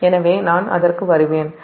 எனவே நான் அதற்கு வருவேன்